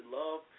love